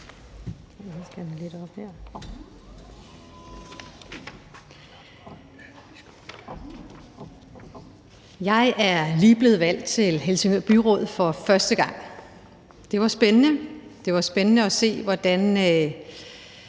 Jeg er lige blevet valgt til Helsingør Byråd for første gang. Det var spændende. Det var spændende at se, hvordan